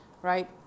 Right